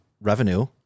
revenue